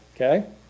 okay